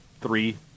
Three